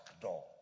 door